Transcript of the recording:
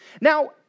Now